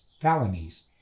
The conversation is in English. felonies